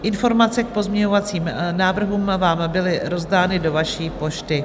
Informace k pozměňovacím návrhům vám byly rozdány do vaší pošty.